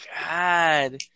God